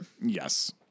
yes